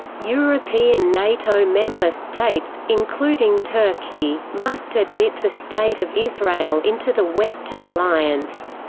european nato member states including turkey must admit the state of israel into the western alliance,